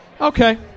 Okay